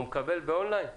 הוא מקבל באון-ליין.